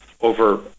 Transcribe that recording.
over